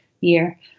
year